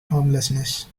homelessness